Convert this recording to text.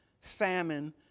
famine